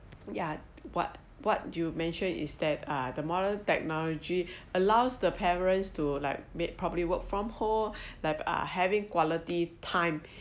yeah what what you mentioned is that uh the modern technology allows the parents to like made probably work from home like uh having quality time